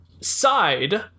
side